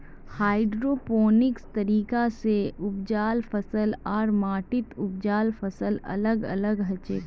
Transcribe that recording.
hydroponics तरीका स उपजाल फसल आर माटीत उपजाल फसल अलग अलग हछेक